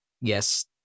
Yes